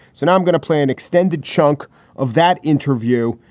so now i'm gonna play an extended chunk of that interview.